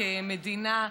כמדינה.